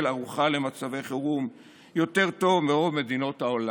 ערוכה למצבי חירום יותר טוב מרוב מדינות העולם?